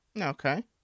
okay